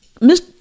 miss